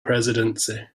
presidency